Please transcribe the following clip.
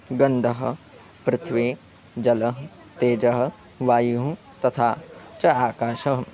गन्दः पृथ्वी जलः तेजः वायुः तथा च आकाशः